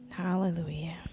hallelujah